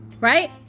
right